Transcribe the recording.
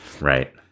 Right